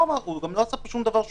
הוא גם לא עשה פה דבר חריג.